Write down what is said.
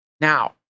Now